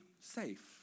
safe